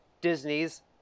Disney's